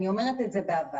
אני אומרת את זה באבל,